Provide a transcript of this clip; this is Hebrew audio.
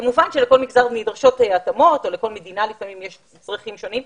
כמובן שלכל מגזר נדרשות התאמות או לכל מדינה לפעמים יש צרכים שונים.